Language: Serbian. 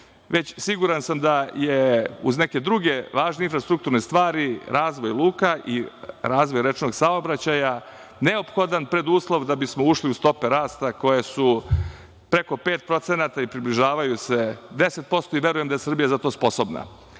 već siguran sam da je uz neke druge važne infrastrukturne stvari razvoj luka i razvoj rečnog saobraćaja, neophodan preduslov da bismo ušli u stope rasta koje su preko 5% i približavaju se 10% i verujem da je Srbija za to sposobna.